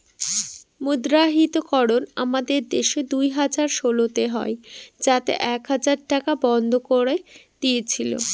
মুদ্রাহিতকরণ আমাদের দেশে দুই হাজার ষোলোতে হয় যাতে এক হাজার টাকা বন্ধ করে দিয়েছিল